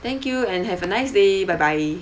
thank you and have a nice day bye bye